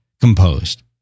composed